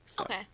Okay